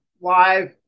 live